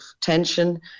tension